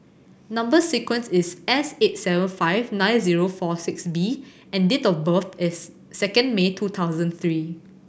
number sequence is S eight seven five nine zero four six B and date of birth is second May two thousand three